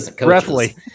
Roughly